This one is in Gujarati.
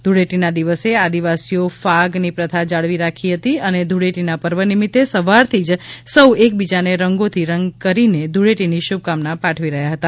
ધુળેટીના દિવસે આદિવાસીઓએ ફાગ ની પ્રથા જાળવી રાખી હતી અને ધૂળેટીના પર્વ નિમિતે સવારથી જ સૌ એકબીજાને રંગોથી રંગીન કરીને ધૂળેટી ની શુભકામના આપી હતી